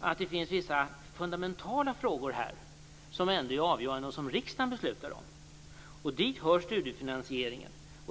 att det finns vissa fundamentala frågor här som är avgörande och som riksdagen beslutar om. Dit hör studiefinansieringen.